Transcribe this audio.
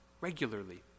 regularly